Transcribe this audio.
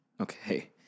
Okay